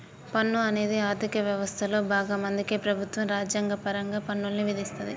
పన్ను అనేది ఆర్థిక వ్యవస్థలో భాగం అందుకే ప్రభుత్వం రాజ్యాంగపరంగా పన్నుల్ని విధిస్తది